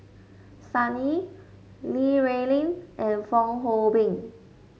Sun Yee Li Rulin and Fong Hoe Beng